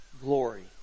glory